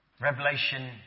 Revelation